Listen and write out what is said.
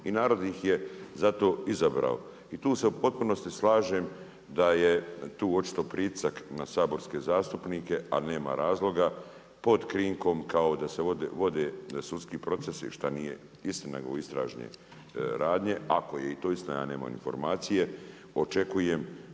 i narod ih je zato izabrao. I tu se u potpunosti slažem, da je tu očito pritisak na saborske zastupnike, a nema razloga, pod krinkom, kao da se vode sudski procesi, šta nije istina, nego istražne radnje. Ako je i to istina, ja nemam informacije, očekujem